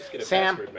Sam